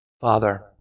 Father